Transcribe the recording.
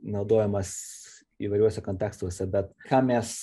naudojamas įvairiuose kontekstuose bet ką mes